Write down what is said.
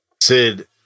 Sid